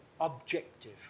objective